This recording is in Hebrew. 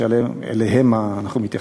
שאליהם אנחנו מתייחסים,